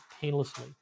painlessly